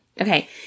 Okay